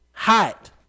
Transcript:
hot